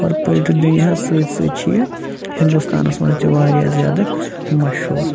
تہٕ دُنیاہَس سۭتۍ سۭتۍ چھُ یہِ ہِنٛدوستانَس منٛز تہِ واریاہ زَیادٕ مَشہوٗر